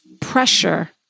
pressure